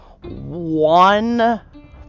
one